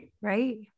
right